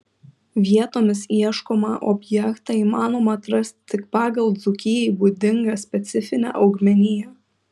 vietomis ieškomą objektą įmanoma atrasti tik pagal dzūkijai būdingą specifinę augmeniją